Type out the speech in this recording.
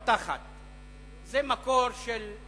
זה מקור גם